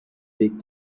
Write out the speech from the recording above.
weg